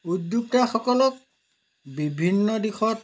উদ্যোক্তাসকলক বিভিন্ন দিশত